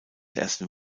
ersten